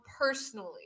personally